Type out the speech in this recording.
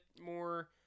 more